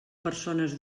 persones